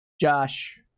Josh